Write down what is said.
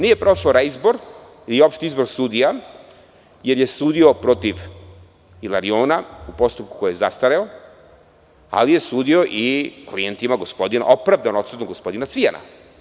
Nije prošao reizbor i opšti izbor sudija, jer je sudio protiv Ilariona u postupku koji je zastareo, ali je sudio i klijentima opravdano odsutnog gospodina Cvijana.